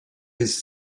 his